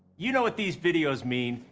you know what these videos mean,